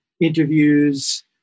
interviews